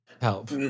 Help